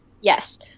Yes